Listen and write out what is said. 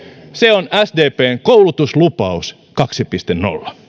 se on sdpn koulutuslupaus kaksi piste nolla